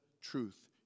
truth